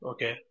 Okay